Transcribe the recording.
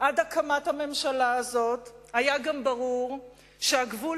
עד הקמת הממשלה הזאת היה גם ברור שבקביעת הגבול